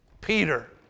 Peter